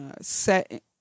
set